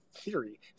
theory